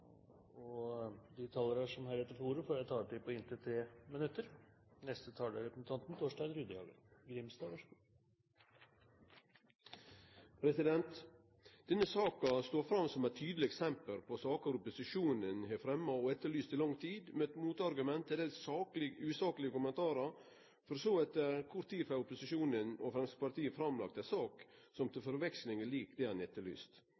som heretter får ordet, har en taletid på inntil 3 minutter. Denne saka står fram som eit tydeleg eksempel på saker opposisjonen har fremma og etterlyst i lang tid, der dei har møtt motargument og fått til dels usaklege kommentarar. Så, etter kort tid, får opposisjonen og Framstegspartiet seg framlagt ei sak som til forveksling er lik ho dei har etterlyst